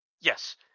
Yes